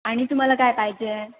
आणि तुम्हाला काय पाहिजे